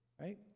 right